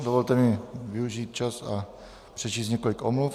Dovolte mi využít čas a přečíst několik omluv.